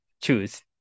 choose